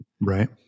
Right